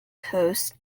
host